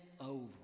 over